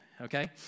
okay